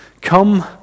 Come